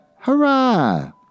hurrah